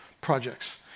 projects